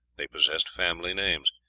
they possessed family names.